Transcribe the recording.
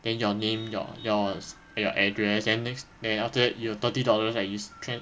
then your name your yours and your address and next then after that you're thirty dollars right you trans~